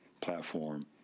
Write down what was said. platform